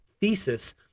thesis